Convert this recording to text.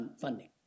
funding